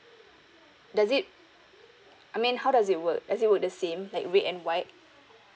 does it I mean how does it work does it work the same like red and white